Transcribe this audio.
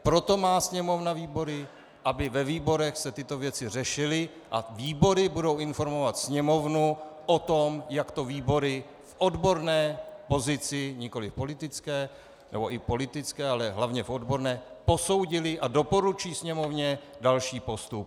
Proto má Sněmovna výbory, aby ve výborech se tyto věci řešily, a výbory budou informovat Sněmovnu o tom, jak to výbory v odborné pozici, nikoli politické nebo i politické, ale hlavně v odborné, posoudily a doporučí Sněmovně další postup.